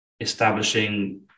establishing